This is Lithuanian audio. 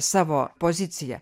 savo poziciją